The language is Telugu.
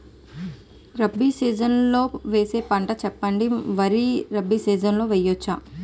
రబీ సీజన్ లో వేసే పంటలు చెప్పండి? వరి రబీ సీజన్ లో వేయ వచ్చా?